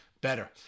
better